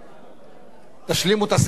תשלימו את השיחה בחוץ בבקשה.